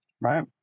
right